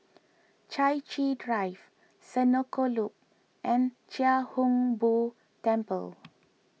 Chai Chee Drive Senoko Loop and Chia Hung Boo Temple